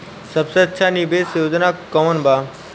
सबसे अच्छा निवेस योजना कोवन बा?